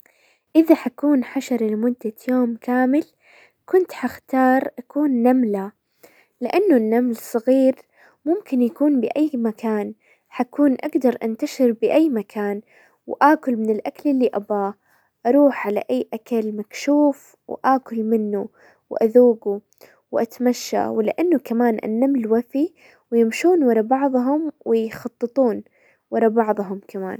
اذا حكون حشرة لمدة يوم كامل، كنت حختار اكون نملة، لانه النمل صغير ممكن يكون باي مكان، حكون اقدر انتشر باي مكان، واكل من الاكل اللي اباه، اروح على اي اكل مكشوف واكل منه واذوقه واتمشى، ولانه كمان النمل وفي ويمشون ورا بعضهم، ويخططون ورا بعضهم كمان.